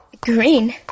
Green